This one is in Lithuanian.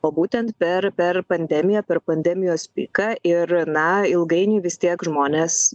o būtent per per pandemiją per pandemijos piką ir na ilgainiui vis tiek žmonės